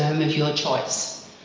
and your choice.